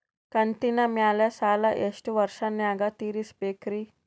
ಕಂತಿನ ಮ್ಯಾಲ ಸಾಲಾ ಎಷ್ಟ ವರ್ಷ ನ್ಯಾಗ ತೀರಸ ಬೇಕ್ರಿ?